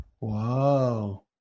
Wow